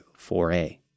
4A